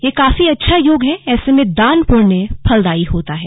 यह काफी अच्छा योग है ऐसे में दान पुण्य फलदायी होता है